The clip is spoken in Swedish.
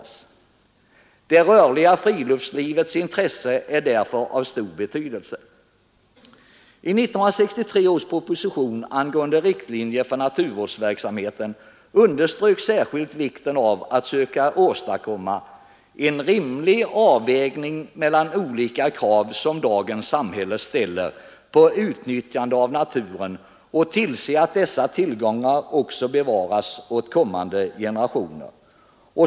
Intresset för det rörliga friluftslivet är därför av stor betydelse. I 1963 års proposition angående riktlinjerna för naturvårdsverksamheten underströks särskilt vikten av att söka åstadkomma ”en rimlig avvägning mellan olika krav som dagens samhälle ställer på utnyttjande av naturen och tillse att dessa tillgångar också bevaras åt kommande genrationer”.